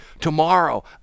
tomorrow